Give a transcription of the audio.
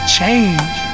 change